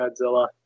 Godzilla